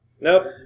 Nope